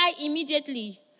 immediately